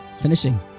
finishing